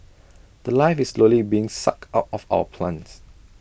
The Life is slowly being sucked out of our plants